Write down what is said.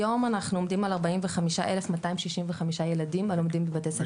היום אנחנו עומדים על 45,265 ילדים הלומדים בבתי ספר הרשמיים.